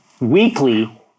weekly